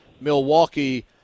Milwaukee –